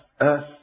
earth